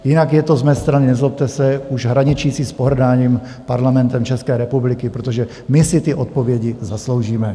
Jinak je to z mé strany, nezlobte se, už hraničící s pohrdáním Parlamentem České republiky, protože my si ty odpovědi zasloužíme.